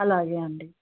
అలాగే అండి